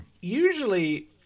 usually